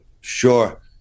Sure